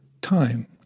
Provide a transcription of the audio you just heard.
time